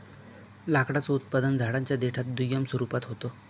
लाकडाचं उत्पादन झाडांच्या देठात दुय्यम स्वरूपात होत